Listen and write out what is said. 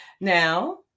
now